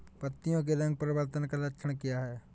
पत्तियों के रंग परिवर्तन का लक्षण क्या है?